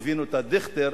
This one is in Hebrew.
מבין אותה דיכטר,